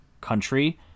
country